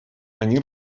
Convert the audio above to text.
они